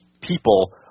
people